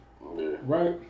right